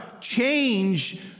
change